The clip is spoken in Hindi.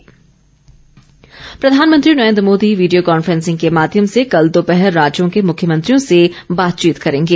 पीएम बैठक प्रधानमंत्री नरेन्द्र मोदी वीडियो कॉन्फ्रेंसिंग के माध्यम से कल दोपहर राज्यों के मुख्यमंत्रियों से बातचीत करेंगे